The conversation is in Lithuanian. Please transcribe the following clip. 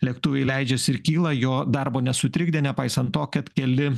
lėktuvai leidžiasi ir kyla jo darbo nesutrikdė nepaisant to kad keli